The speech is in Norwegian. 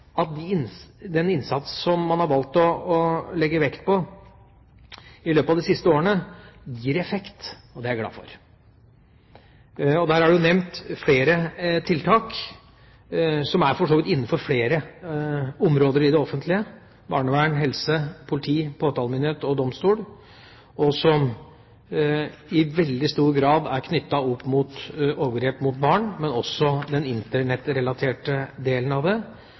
at den innsatsen som man har valgt å legge vekt på i løpet av de siste årene, gir effekt. Det er jeg glad for. Der er det nevnt flere tiltak, som for så vidt er innenfor flere områder i det offentlige, barnevern, helse, politi, påtalemyndighet og domstol, og som i veldig stor grad er knyttet opp til overgrep mot barn, men også til den Internett-relaterte delen av det,